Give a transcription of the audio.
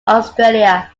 australia